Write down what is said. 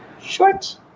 short